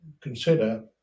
consider